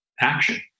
action